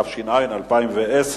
התש"ע 2010,